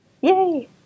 Yay